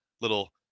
little